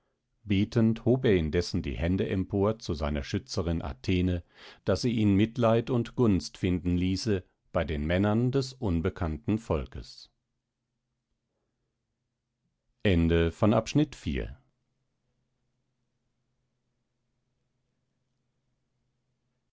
betend hob er indessen die hände empor zu seiner schützerin athene daß sie ihn mitleid und gunst finden ließe bei den männern des unbekannten volkes